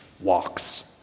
walks